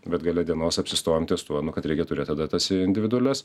bet gale dienos apsistojom ties tuo kad nu reikia turėti tada tas individualias